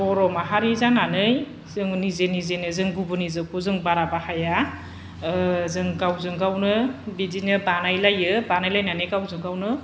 बर' माहारि जानानै जों निजे निजे जों गुबुनि जौखौ जों बारा बाहाया ओह जों गावजोंगावनो बिदिनो बानायलायो बानायलायनानै गावजोंगावनो